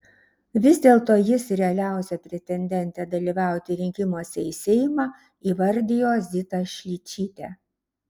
vis dėlto jis realiausia pretendente dalyvauti rinkimuose į seimą įvardijo zitą šličytę